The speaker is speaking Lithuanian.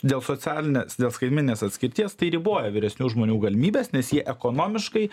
dėl socialinės dėl skaitmeninės atskirties tai riboja vyresnių žmonių galimybes nes jie ekonomiškai